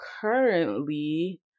currently